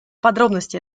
подробности